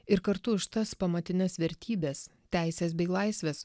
ir kartu už tas pamatines vertybes teises bei laisves